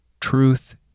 Truth